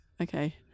Okay